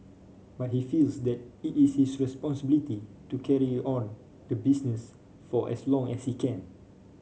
but he feels that it is his responsibility to carry on the business for as long as he can